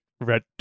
red